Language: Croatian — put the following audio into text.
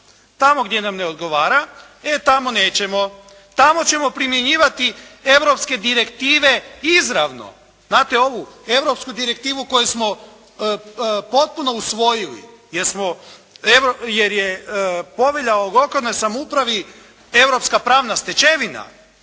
Tamo gdje nam ne odgovara, e tamo nećemo. Tamo ćemo primjenjivati europske direktive izravno. Znate ovu europsku direktivu koju smo potpuno usvojili, jer je Povelja o lokalnoj samoupravi europska pravna stečevina.